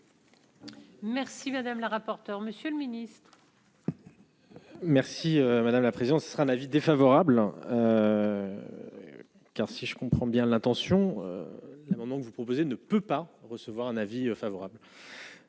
Merci madame la rapporteure monsieur le mini. Merci madame la présidente, ce sera un avis défavorable car si je comprends bien l'intention donc que vous proposez ne peut pas recevoir un avis favorable